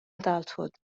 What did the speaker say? adulthood